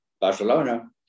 Barcelona